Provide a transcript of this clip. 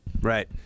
Right